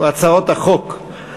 על הצעות החוק,